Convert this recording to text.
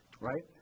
right